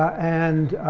and